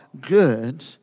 good